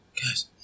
guys